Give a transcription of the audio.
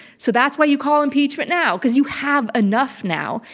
so that's why you call impeachment now, because you have enough now.